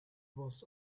was